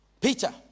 peter